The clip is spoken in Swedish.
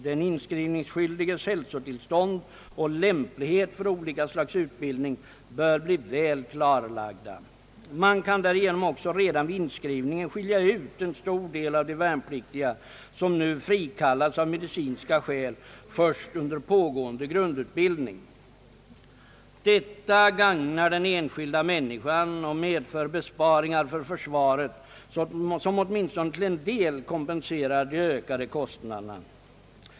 Den inskrivningsskyldiges hälsotillstånd och lämplighet för olika slags utbildning bör bli väl klarlagda. Man kan därigenom också redan vid inskrivningen skilja ut en stor del av de värnpliktiga som nu frikallas av medicinska skäl först under pågående grundutbildning. Detta gagnar den enskilda människan och medför besparingar för försvaret som åtminstone till en del kompenserar de ökade kostnaderna.